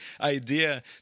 idea